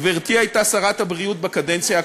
גברתי הייתה שרת הבריאות בקדנציה הקודמת,